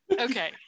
okay